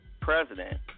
president